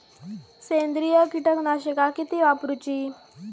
सेंद्रिय कीटकनाशका किती वापरूची?